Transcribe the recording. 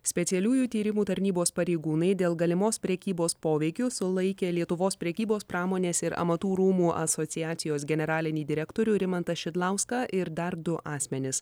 specialiųjų tyrimų tarnybos pareigūnai dėl galimos prekybos poveikiu sulaikė lietuvos prekybos pramonės ir amatų rūmų asociacijos generalinį direktorių rimantą šidlauską ir dar du asmenis